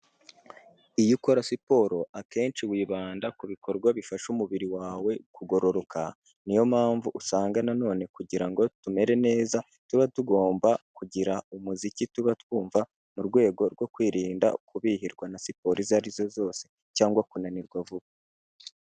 Iyo ukora siporo, akenshi wibanda ku bikorwa bifasha umubiri wawe kugororoka, ni yo mpamvu usanga na none kugira ngo tumere neza, tuba tugomba kugira umuziki tuba twumva, mu rwego rwo kwirinda kubihirwa na siporo izo arizo zose cyangwa kunanirwa vuba.